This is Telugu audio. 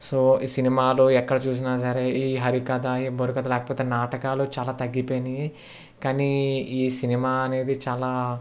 సో ఈ సినిమాలు ఎక్కడ చూసినా సరే ఈ హరికథ ఈ బుర్రకథ లేకపోతే నాటకాలు చాలా తగ్గిపోయింది కానీ ఈ సినిమా అనేది చాలా